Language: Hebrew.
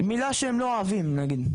מילה שהם לא אוהבים נגיד.